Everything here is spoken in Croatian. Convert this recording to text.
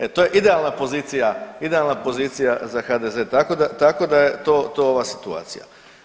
E to je idealna pozicija, idealna pozicija za HDZ, tako da, tako da je to, to ova situacija.